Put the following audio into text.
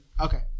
Okay